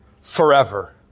forever